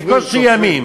יש מתח, יש מתח.